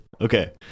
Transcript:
okay